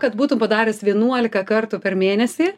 kad būtų padaręs vienuolika kartų per mėnesį